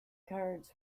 cards